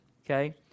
Okay